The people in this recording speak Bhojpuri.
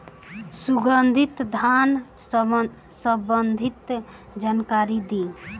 सुगंधित धान संबंधित जानकारी दी?